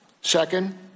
Second